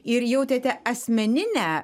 ir jautėte asmeninę